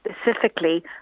specifically